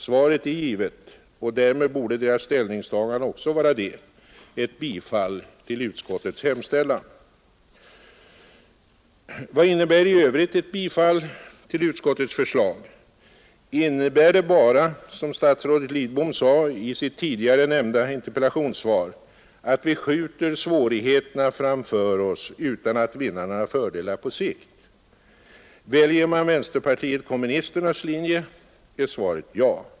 Svaret är givet — och därmed borde deras ställningstagande också vara det: ett bifall till utskottets hemställan. Vad innebär i övrigt ett bifall till utskottets förslag? Innebär det bara, som statsrådet Lidbom sade i sitt tidigare nämnda interpellationssvar, att vi skjuter svårigheterna framför oss utan att vinna några fördelar på sikt? Väljer man vänsterpartiet kommunisternas linje är svaret ja.